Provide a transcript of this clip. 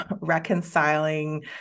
reconciling